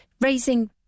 raising